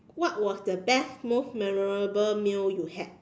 what was the best most memorable meal you had